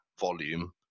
volume